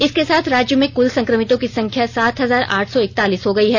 इसके साथ राज्य में कुल संकमितों की संख्या सात हजार आठ सौ इकतालीस हो गयी है